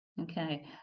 okay